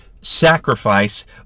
sacrifice